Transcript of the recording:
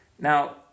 Now